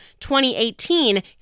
2018